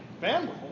Family